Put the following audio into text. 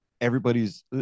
Everybody's